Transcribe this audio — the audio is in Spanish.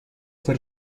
fue